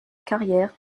carrière